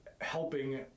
helping